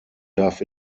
darf